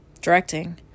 directing